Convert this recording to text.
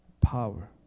power